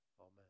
Amen